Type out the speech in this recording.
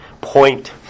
point